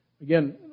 Again